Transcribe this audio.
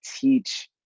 teach